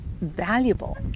valuable